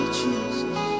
jesus